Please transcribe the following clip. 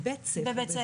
ודאי, בבית ספר.